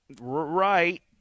Right